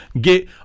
get